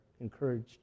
encouraged